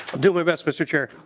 do my best mr. chair.